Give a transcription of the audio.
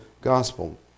gospel